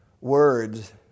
words